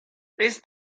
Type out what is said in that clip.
ist